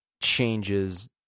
changes